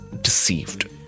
deceived